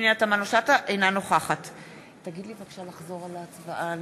אינה נוכחת נא לחזור על ההצבעה